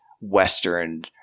Western